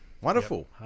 wonderful